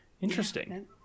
Interesting